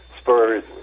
spurs